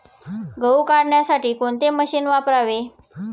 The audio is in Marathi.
गहू काढण्यासाठी कोणते मशीन वापरावे?